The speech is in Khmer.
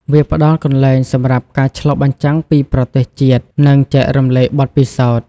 វាផ្តល់កន្លែងសម្រាប់ការឆ្លុះបញ្ចាំងពីប្រទេសជាតិ និងចែករំលែកបទពិសោធន៍។